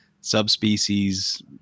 subspecies